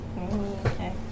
okay